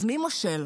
אז מי מושל?